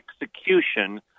execution